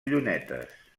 llunetes